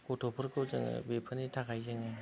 गथ'फोरखौ जोङो बेफोरनि थाखाय जोङो